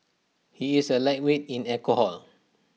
he is A lightweight in alcohol